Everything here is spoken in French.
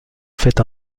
fait